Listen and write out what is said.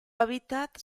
hábitat